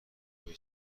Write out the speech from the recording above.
بهش